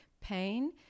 pain